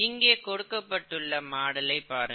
இங்கே கொடுக்கப்பட்டுள்ள மாடலை பாருங்கள்